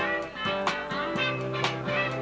and then